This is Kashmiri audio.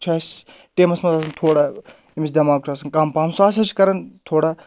چھُ اَسہِ ٹیٖمَس منٛز آسان تھوڑا أمِس دؠماغ چھُ آسان کَم پَہم سُہ ہسا چھِ کران تھوڑا